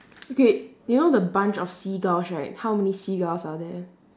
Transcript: okay you know the bunch of seagulls right how many seagulls are there